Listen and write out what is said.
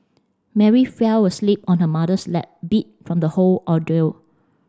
Mary fell asleep on her mother's lap beat from the whole ordeal